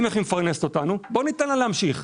מה לדעתך צריך לעשות?